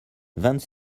vingt